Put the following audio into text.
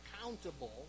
accountable